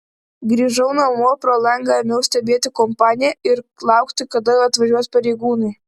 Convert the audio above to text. grįžau namo pro langą ėmiau stebėti kompaniją ir laukti kada atvažiuos pareigūnai